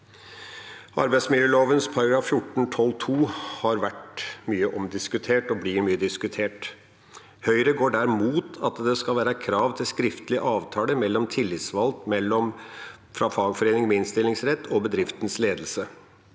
Arbeidsmiljølovens § 14-12 andre ledd har vært mye omdiskutert og blir mye diskutert. Høyre går der imot at det skal være krav til skriftlig avtale mellom tillitsvalgt fra fagforening med innstillingsrett og bedriftens ledelse.